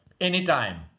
anytime